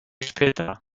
später